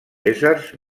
éssers